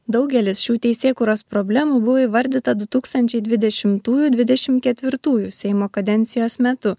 daugelis šių teisėkūros problemų buvo įvardyta du tūkstančiai dvidešimtųjų dvidešim ketvirtųjų seimo kadencijos metu